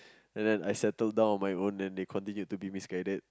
and then I settle down on my own and then they continued to be misguided